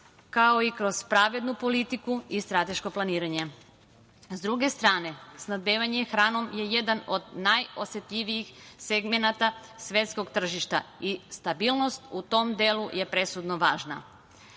kao i kroz pravednu politiku i strateško planiranje.S druge strane, snabdevanje hranom je jedan od najosetljivijih segmenata svetskog tržišta i stabilnost u tom delu je presudno važna. Prema